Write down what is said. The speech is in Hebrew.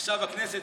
עכשיו הכנסת